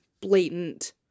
blatant